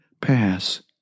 pass